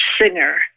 singer